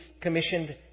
commissioned